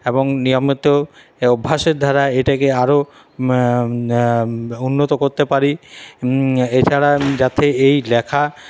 এবং নিয়মিত অভ্যাসের দ্বারা এটাকে আরও উন্নত করতে পারি এছাড়া যাতে এই লেখা